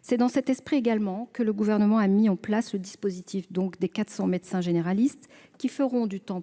C'est dans ce même esprit que le Gouvernement a mis en place le dispositif des « 400 médecins généralistes », qui partageront leur temps